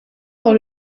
dans